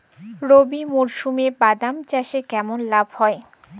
রবি মরশুমে বাদাম চাষে কেমন লাভ হয়?